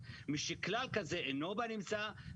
מונח כמו שצריך.